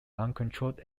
uncontrolled